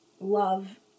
love